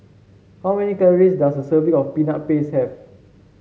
how many calories does a serving of Peanut Paste have